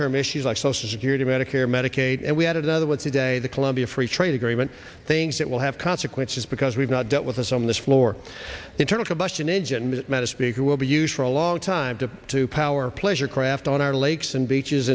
term issues like social security medicare medicaid and we had another with today the colombia free trade agreement things that will have consequences because we've not dealt with us on this floor internal bus an engine macmanus vehicle will be used for a long time to to power pleasure craft on our lakes and beaches